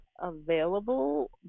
available